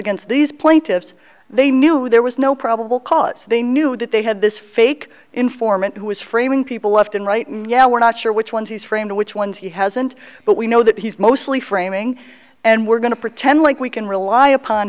against these plaintiffs they knew there was no probable cause they knew that they had this fake informant who was framing people left and right and yeah we're not sure which ones he's framed which ones he hasn't but we know that he's mostly framing and we're going to pretend like we can rely upon